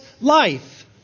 life